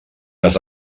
les